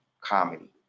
comedy